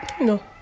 No